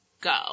go